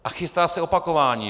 A chystá se opakování.